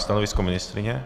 Stanovisko ministryně?